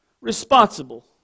responsible